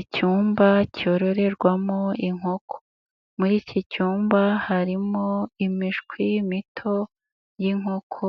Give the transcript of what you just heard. Icyumba cyororerwamo inkoko, muri iki cyumba harimo imishwi mito y'inkoko,